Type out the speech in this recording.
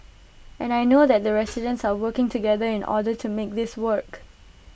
and I know that the residents are working together in order to make this work